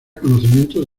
conocimientos